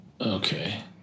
Okay